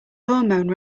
hormone